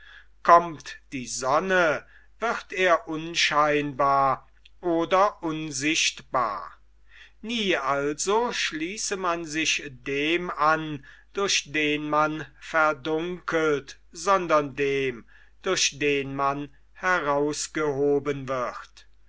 kommt die sonne wird er unscheinbar oder unsichtbar nie also schließe man sich dem an durch den man verdunkelt sondern dem durch den man herausgehoben wird